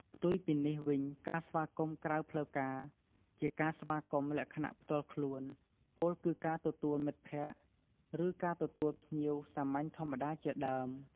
ផ្ទុយពីនេះវិញការស្វាគមន៍ក្រៅផ្លូវការជាការស្វាគមន៍លក្ខណៈផ្ទាល់ខ្លួន ពោលគឺការទទួលមិត្តភក្កិ ឬការទទួលភ្ញៀវសាមញ្ញធម្មតាជាដើម។